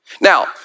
Now